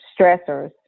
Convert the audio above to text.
stressors